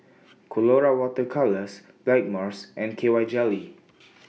Colora Water Colours Blackmores and K Y Jelly